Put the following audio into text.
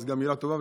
אז מילה טובה,